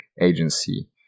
agency